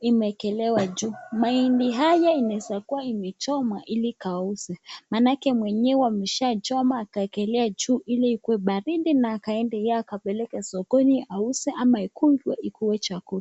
imeekelewa juu. Mahindi haya inaweza kuwa imechomwa ili kauze. Maanake mwenyewe ameshachoma akaekelea juu ili iwe baridi na aende akapeleke sokoni auze ama ikuluwe iwe chakula.